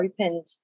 opened